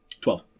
Twelve